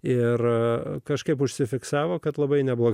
ir kažkaip užsifiksavo kad labai nebuvo